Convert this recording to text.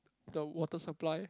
the water supply